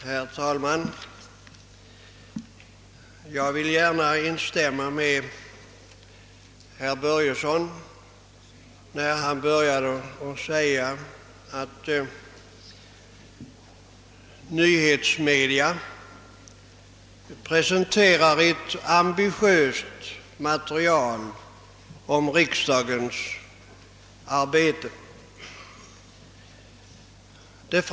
Herr talman! Jag vill gärna instämma i vad herr Börjesson i Glömminge sade om att nyhetsmedia presenterar ett ambitiöst material om riksdagens arbete.